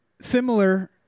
similar